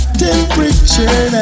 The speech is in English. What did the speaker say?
temperature